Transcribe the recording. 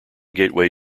gateway